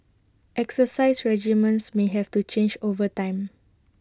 exercise regimens may have to change over time